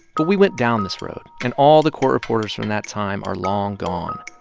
but we went down this road, and all the court reporters from that time are long gone.